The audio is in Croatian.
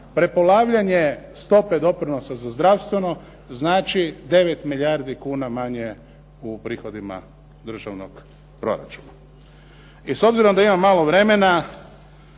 prepolavljanje stope doprinosa za zdravstveno znači 9 milijardi kuna manje u prihodima državnog proračuna. I s obzirom da imam malo vremena,